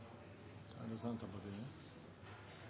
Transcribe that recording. Da er det naturlig at vi nå